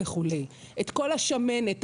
את כל השמנת,